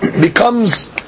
becomes